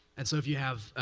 and so if you have,